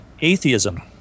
atheism